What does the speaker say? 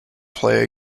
play